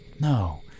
No